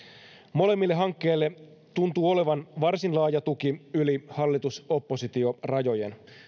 molemmille hankkeille tuntuu olevan varsin laaja tuki yli hallitus oppositio rajojen